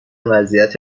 وضعیت